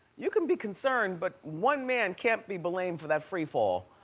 you can be concerned but one man can't be blamed for that free fall.